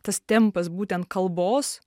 tas tempas būtent kalbos